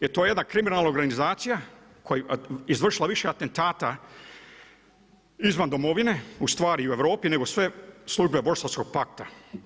Jer to je jedna kriminalna organizacija, koja je izvršila više atentata izvan domovine, ustvari u Europi nego sve službe bosanskog pakta.